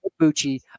Bucci